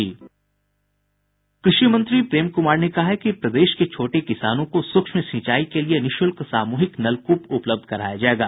कृषि मंत्री प्रेम कुमार ने कहा है कि प्रदेश के छोटे किसानों को सूक्ष्म सिंचाई के लिए निःशुल्क सामूहिक नल कूप उपलब्ध कराया जायेगा